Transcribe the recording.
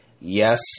Yes